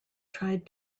tried